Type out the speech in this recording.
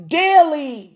daily